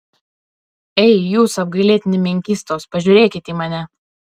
ei jūs apgailėtini menkystos pažiūrėkit į mane